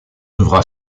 devra